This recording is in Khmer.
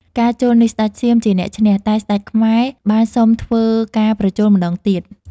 ការជល់នេះស្ដេចសៀមជាអ្នកឈ្នះ តែស្ដេចខ្មែរបានសុំធ្វើការប្រជល់ម្ដងទៀត។